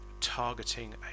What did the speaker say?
targeting